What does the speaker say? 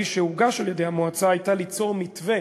שהוגש על-ידי המועצה הייתה ליצור מתווה